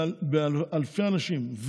באלפי אנשים.